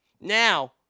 Now